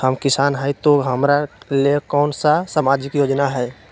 हम किसान हई तो हमरा ले कोन सा सामाजिक योजना है?